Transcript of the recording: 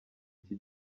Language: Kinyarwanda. iki